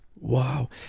Wow